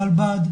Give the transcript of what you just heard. של הרלב"ד,